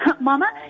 Mama